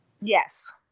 Yes